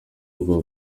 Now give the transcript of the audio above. uwo